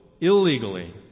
illegally